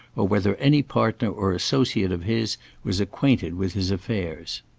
or whether any partner or associate of his was acquainted with his affairs.